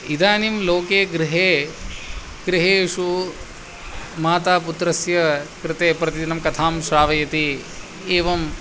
इदानीं लोके गृहे गृहेषु माता पुत्रस्य कृते प्रतिदिनं कथां श्रावयति एवं